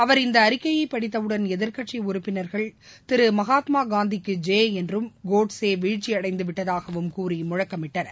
அவர் இந்த அறிக்கையை படித்தவுடன் எதிர்கட்சி உறுப்பினர்கள் திரு மகாத்மா காந்திக்கு ஜே என்றும் கோட்சே வீழ்ச்சியடைந்தவிட்டதாகவும் கூறி முழக்கமிட்டனர்